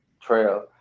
trail